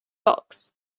box